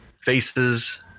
faces